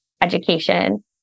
education